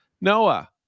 Noah